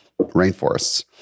rainforests